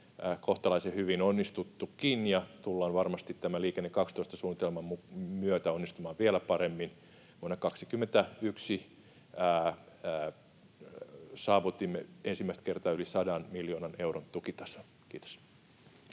kohtalaisen hyvin onnistuttukin ja tullaan varmasti tämä Liikenne 12 ‑suunnitelman myötä onnistumaan vielä paremmin. Vuonna 21 saavutimme ensimmäistä kertaa yli 100 miljoonan euron tukitason. — Kiitos.